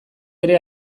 ere